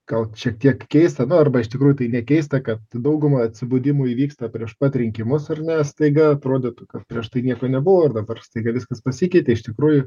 gal šiek tiek keista nu arba iš tikrųjų tai nekeista kad dauguma atsibudimų įvyksta prieš pat rinkimus ar ne staiga atrodytų kad prieš tai nieko nebuvo ir dabar staiga viskas pasikeitė iš tikrųjų